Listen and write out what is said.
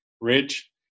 Rich